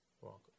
Welcome